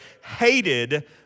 hated